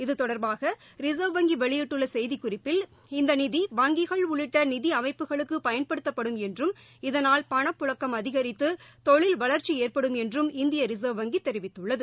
இது தொடர்பாக ரிசர்வ் வங்கி வெளியிட்டுள்ள செய்திக்குறிப்பில் இந்த நிதி வங்கிகள் உள்ளிட்ட நிதி அமைப்புகளுக்கு பயன்படுத்தப்படும் என்றும் இதனால் பணப்புழக்கம் அதிகரித்து தொழில் வளர்ச்சி ஏற்படும் என்றும் இந்திய ரிசர்வ் வங்கி தெரிவித்துள்ளது